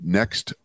next